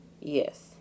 Yes